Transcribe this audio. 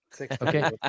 okay